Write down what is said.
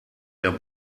der